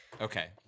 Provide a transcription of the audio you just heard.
Okay